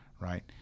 right